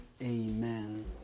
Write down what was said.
Amen